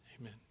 Amen